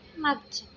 मागचे